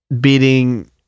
beating